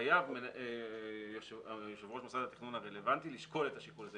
חייב יושב-ראש מוסד התכנון הרלוונטי לשקול את השיקול הזה.